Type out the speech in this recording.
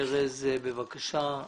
ארז, בבקשה.